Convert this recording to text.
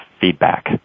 feedback